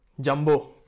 Jumbo